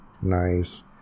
Nice